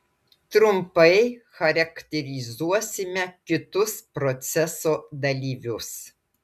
trumpai charakterizuosime kitus proceso dalyvius